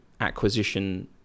acquisition